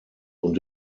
und